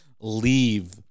leave